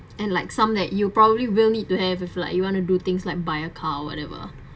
and like some that you probably will need to have if like you want to do things like buy a car or whatever